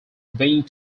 being